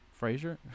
Frasier